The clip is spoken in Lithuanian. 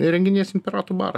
įrenginėsim piratų barą